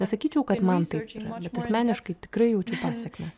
nesakyčiau kad man taip bet asmeniškai tikrai jauti pasekmes